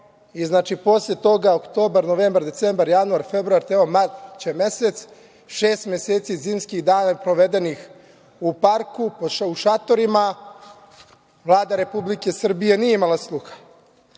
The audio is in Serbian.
Znači, posle toga, oktobar, novembar, decembar, januar, februar, evo mart će mesec, šest meseci zimskih dana je provedenih u parku, u šatorima, a Vlada Republike Srbije nije imala sluha. Onda